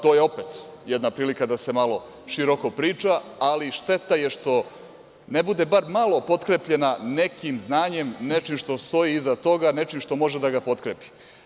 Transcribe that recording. To je opet jedna prilika da se malo široko priča, ali šteta je što ne bude bar malo potkrepljena nekim znanjem, nečim što stoji iza toga, nečim što može da ga potkrepi.